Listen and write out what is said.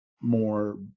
more